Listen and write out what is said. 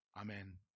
amen